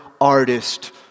artist